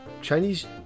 Chinese